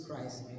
Christ